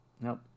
Nope